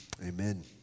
Amen